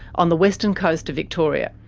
on the western coast of victoria.